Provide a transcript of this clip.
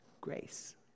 Grace